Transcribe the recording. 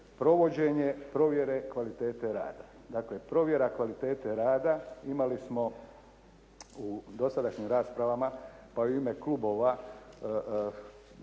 provođenje provjere kvalitete rada. Dakle, provjera kvalitete rada imali smo u dosadašnjim raspravama pa i u ime klubova